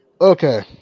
Okay